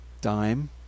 Dime